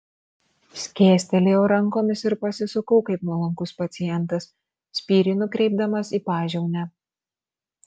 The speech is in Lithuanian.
skėstelėjau rankomis ir pasisukau kaip nuolankus pacientas spyrį nukreipdamas į pažiaunę